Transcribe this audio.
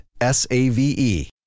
S-A-V-E